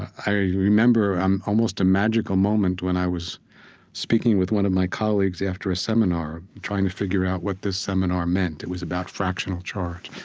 i remember and almost a magical moment when i was speaking with one of my colleagues after a seminar, trying to figure out what this seminar meant. it was about fractional charge,